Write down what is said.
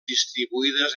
distribuïdes